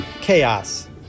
chaos